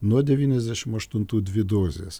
nuo devyniasdešim aštuntų dvi dozės